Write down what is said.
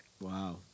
Wow